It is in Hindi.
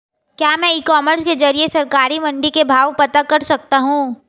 क्या मैं ई कॉमर्स के ज़रिए सरकारी मंडी के भाव पता कर सकता हूँ?